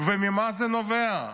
ממה זה נובע?